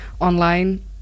Online